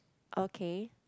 okay